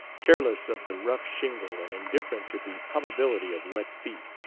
careless of the rough shingle and indifferent to the probability of wet feet,